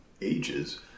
ages